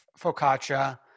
focaccia